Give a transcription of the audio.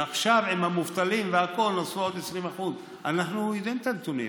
ועכשיו עם המובטלים והכול נוספו עוד 20%. אנחנו יודעים את הנתונים.